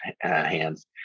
hands